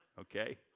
Okay